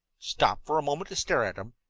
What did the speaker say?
stop for a moment to stare at them,